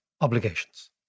obligations